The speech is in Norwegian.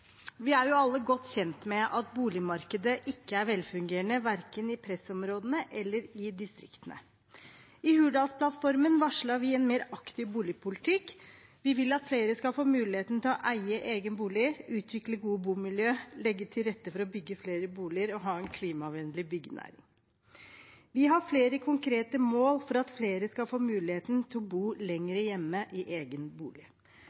velfungerende, verken i pressområdene eller i distriktene. I Hurdalsplattformen varsler vi en mer aktiv boligpolitikk. Vi vil at flere skal få mulighet til å eie sin egen bolig utvikle gode bomiljø legge til rette for å bygge flere boliger ha en klimavennlig byggenæring Vi har flere konkrete mål for at flere skal få mulighet til å bo lenger hjemme i sin egen bolig.